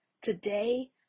today